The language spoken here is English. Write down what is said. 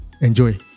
Enjoy